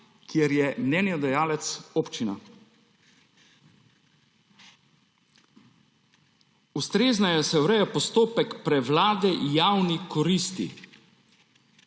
kjer je mnenjedajalec občina. Ustrezneje se ureja postopek prevlade javnih koristi,